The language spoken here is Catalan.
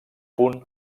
punt